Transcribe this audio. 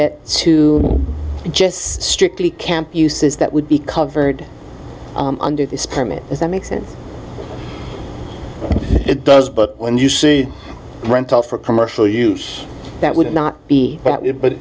it to just strictly camp uses that would be covered under this permit does that make sense it does but when you see rental for commercial use that would not be